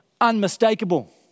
unmistakable